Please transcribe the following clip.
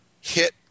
hit